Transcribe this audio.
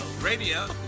Radio